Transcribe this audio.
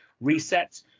reset